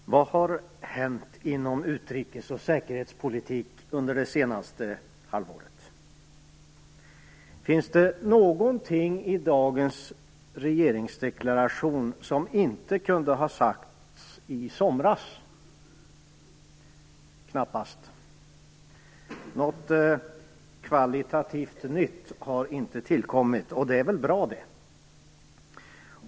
Fru talman! Vad har hänt inom utrikes och säkerhetspolitik under det senaste halvåret? Finns det någonting i dagens regeringsdeklaration som inte kunde ha sagts i somras? Knappast. Något kvalitativt nytt har inte tillkommit, och det är väl bra.